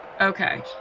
Okay